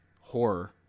Horror